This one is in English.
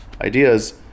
ideas